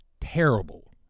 terrible